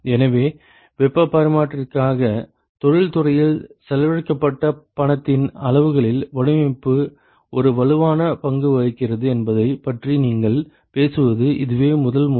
எனவே வெப்பப் பரிமாற்றிக்காக தொழில்துறையில் செலவழிக்கப்பட்ட பணத்தின் அளவுகளில் வடிவமைப்பு ஒரு வலுவான பங்கு வகிக்கிறது என்பதைப் பற்றி நாங்கள் பேசுவது இதுவே முதல் முறை